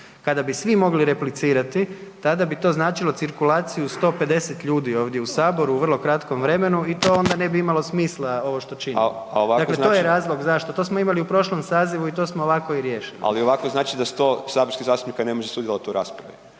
kada bi svi mogli replicirati tada bi to značilo cirkulaciju 150 ljudi ovdje u Saboru u vrlo kratkom vremenu i to onda ne bi imalo smisla ovo što činimo. Dakle, to je razlog zašto. To smo imali i u prošlom sazivu i to smo ovako i riješili. **Tomašević, Tomislav (Možemo!)** Ali ovako znači da 100 saborskih zastupnika ne može sudjelovati u raspravi.